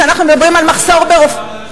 כשאנחנו מדברים על מחסור ברופאים,